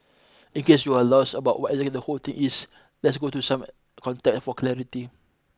in case you're lost about what exactly the whole thing is let's go through some contact for clarity